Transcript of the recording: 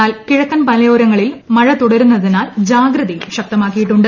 എന്നാൽ കീഴക്കൻ മലയോരങ്ങളിൽ മഴ തുടരു ന്നതിനാൽ ജാഗ്രത്യും ശക്തമാക്കിയിട്ടുണ്ട്